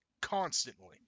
constantly